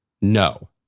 no